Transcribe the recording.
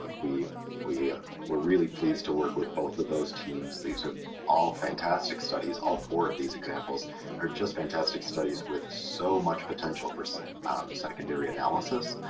um we we were really pleased to work with both of those teams, these are all fantastic studies, all four of these examples are just fantastic studies with so much potential for so secondary analysis,